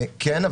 כן.